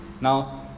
Now